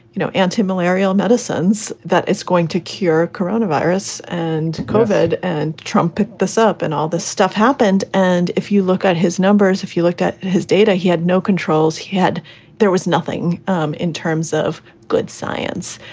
you know, antimalarial medicines that it's going to cure coronavirus and covered. and trump picked this up and all this stuff happened. and if you look at his numbers, if you looked at his data, he had no controls. had there was nothing um in terms of good science,